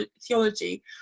theology